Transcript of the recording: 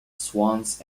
swans